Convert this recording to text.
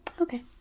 Okay